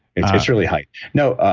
it's it's really height. no,